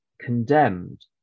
condemned